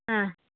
ಹಾಂ